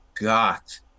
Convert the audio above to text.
got